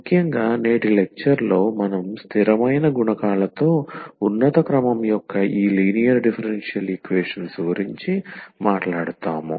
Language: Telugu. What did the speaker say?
ముఖ్యంగా నేటి లెక్చర్ లో మనం స్థిరమైన గుణకాలతో ఉన్నత క్రమం యొక్క ఈ లీనియర్ డిఫరెన్షియల్ ఈక్వేషన్స్ గురించి మాట్లాడుతాము